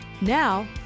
Now